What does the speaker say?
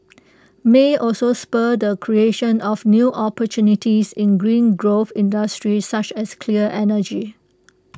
may also spur the creation of new opportunities in green growth industries such as cleaner energy